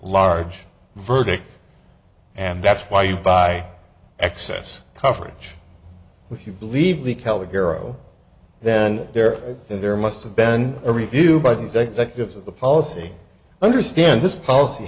large verdict and that's why you buy access coverage if you believe the kelly bureau then there there must have been a review by these executives of the policy understand this policy